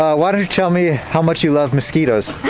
why don't you tell me how much you love mosquitoes?